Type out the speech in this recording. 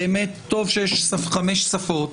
באמת טוב שיש חמש שפות,